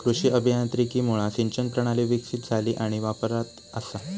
कृषी अभियांत्रिकीमुळा सिंचन प्रणाली विकसीत झाली आणि वापरात असा